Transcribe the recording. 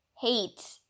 hate